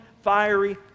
fiery